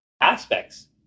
aspects